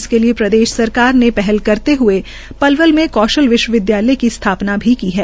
इसके लिये प्रदेशा सरकार ने पहल करते हए पलवल में कौशल विश्वविदयालय की स्थापना की है